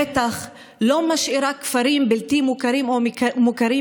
בטח לא משאירה כפרים בלתי מוכרים או מוכרים